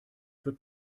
wird